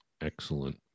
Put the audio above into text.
Excellent